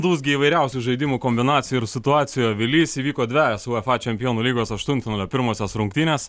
dūzgė įvairiausių žaidimų kombinacijų ir situacijų avilys įvyko dvejos uefa čempionų lygos aštuntfinalio pirmosios rungtynės